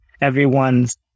everyone's